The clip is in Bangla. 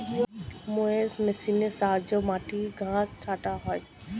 মোয়ার্স মেশিনের সাহায্যে মাটির ঘাস ছাঁটা হয়